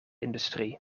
industrie